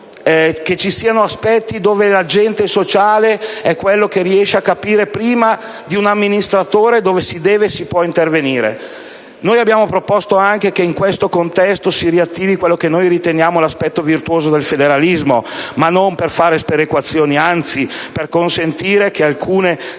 che ci siano aspetti in cui un agente sociale riesce a capire prima di un amministratore dove si deve e si può intervenire. Abbiamo proposto anche che, in questo contesto, si riattivi quello che riteniamo l'aspetto virtuoso del federalismo, non per fare sperequazioni, ma per consentire anzi che alcune situazioni